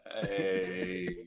Hey